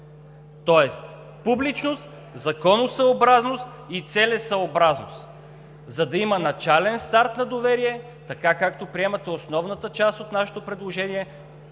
тоест публичност, законосъобразност и целесъобразност, за да има начален старт на доверие. Така, както приемате основната част от нашето предложение,